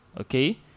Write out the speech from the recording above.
Okay